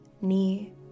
knee